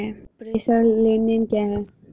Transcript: प्रेषण लेनदेन क्या है?